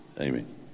Amen